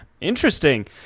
Interesting